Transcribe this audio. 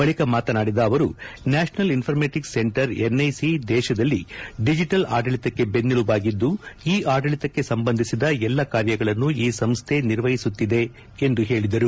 ಬಳಿಕ ಮಾತನಾಡಿದ ಅವರು ನ್ಯಾಷನಲ್ ಇನ್ಫಾರ್ಮೆಟಿಕ್ಸ್ ಸೆಂಟರ್ ಎನ್ಐಸಿ ದೇಶದಲ್ಲಿ ಡಿಜಿಟಲ್ ಆಡಳಿತಕ್ಕೆ ಬೆನ್ನೆಲುಬಾಗಿದ್ದು ಇ ಆಡಳಿತಕ್ಕೆ ಸಂಬಂಧಿಸಿದ ಎಲ್ಲಾ ಕಾರ್ಯಗಳನ್ನು ಈ ಸಂಸ್ಥೆ ನಿರ್ವಹಿಸುತ್ತಿದೆ ಎಂದು ಹೇಳಿದರು